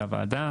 לוועדה.